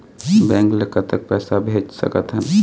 Bank ले कतक पैसा भेज सकथन?